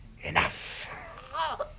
enough